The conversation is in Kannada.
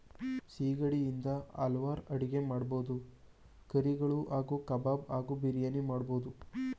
ಸಿಗಡಿ ಇಂದ ಹಲ್ವಾರ್ ಅಡಿಗೆ ಮಾಡ್ಬೋದು ಕರಿಗಳು ಹಾಗೂ ಕಬಾಬ್ ಹಾಗೂ ಬಿರಿಯಾನಿ ಮಾಡ್ಬೋದು